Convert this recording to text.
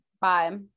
bye